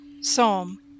Psalm